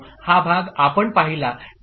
हा भाग आपण पाहिला ठीक आहे